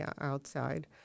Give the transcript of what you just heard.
outside